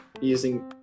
using